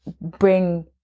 bring